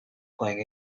playing